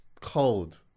Cold